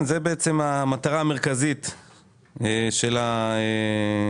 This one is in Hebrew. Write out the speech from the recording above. אנחנו עכשיו בהסתייגות 44, עדיין למטרת החוק.